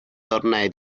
tornei